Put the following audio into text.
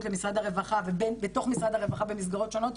למשרד הרווחה ובתוך משרד הרווחה במסגרות שונות,